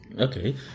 Okay